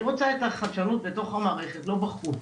אני רוצה את החדשנות בתוך המערכת, לא בחוץ.